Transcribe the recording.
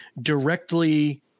directly